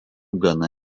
gana